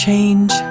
Change